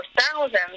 thousands